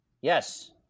Yes